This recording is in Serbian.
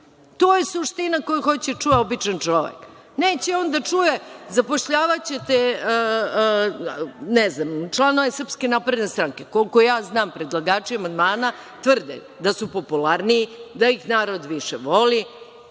To je suština koju hoće da čuje običan čovek. Neće on da čuje zapošljavaćete članove Srpske napredne stranke. Koliko ja znam, predlagači amandmana tvrde da su popularniji, da ih narod više voli. Možda